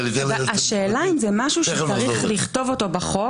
השאלה אם זה משהו שצריך לכתוב בחוק,